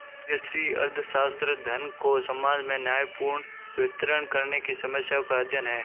कृषि अर्थशास्त्र, धन को समाज में न्यायपूर्ण वितरण करने की समस्याओं का अध्ययन है